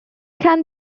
can